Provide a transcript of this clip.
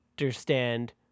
understand